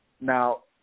Now